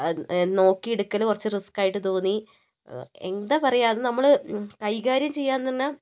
നോക്കിയെടുക്കൽ കുറച്ച് റിസ്ക്കായിട്ട് തോന്നി എന്താ പറയാ അത് നമ്മൾ കൈകാര്യം ചെയ്യാൻ തന്നെ